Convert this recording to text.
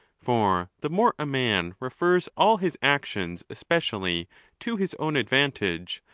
for the more a man refers all his actions especially to his own advantage,